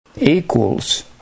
equals